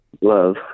love